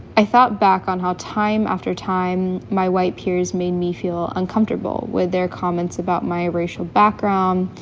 i thought back on how time after time my white peers made me feel uncomfortable with their comments about my racial background,